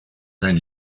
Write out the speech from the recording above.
sein